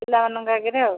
ପିଲାମାନଙ୍କ ଆଗରେ ଆଉ